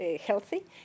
healthy